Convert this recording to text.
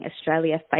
Australia